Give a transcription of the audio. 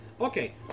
Okay